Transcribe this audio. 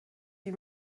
die